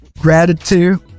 gratitude